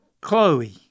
Chloe